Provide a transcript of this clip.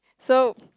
so